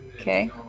Okay